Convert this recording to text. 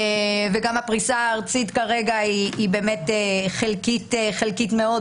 וגם הפריסה הארצית כרגע היא באמת חלקית מאוד,